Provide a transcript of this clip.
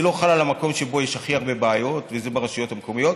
זה לא חל על המקום שבו יש הכי הרבה בעיות וזה הרשויות המקומיות.